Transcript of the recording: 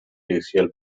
racial